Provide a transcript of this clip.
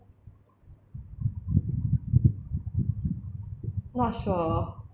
not sure